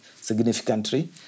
significantly